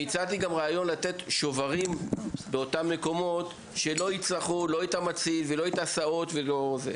רעיון לתת שוברים באותם מקומות שייתרו הסעות וכו'.